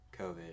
COVID